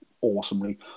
awesomely